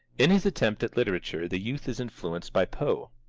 in his attempts at literature the youth is influenced by poe.